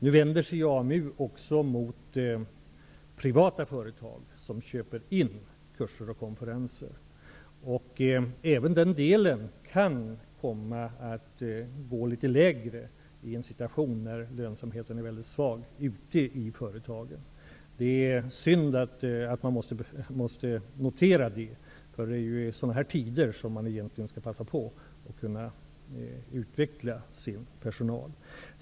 Nu vänder sig ju AMU också till privata företag som köper kurser och konferenser. Även den delen kan komma att gå litet sämre i en situation där lönsamheten i företagen är väldigt svag. Det är synd att behöva konstatera det. Det är ju i sådana här tider som man bör kunna passa på att utbilda sin personal.